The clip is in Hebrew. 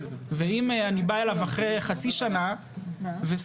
ואם אני בא אליו אחרי חצי שנה וסוגר,